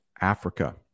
africa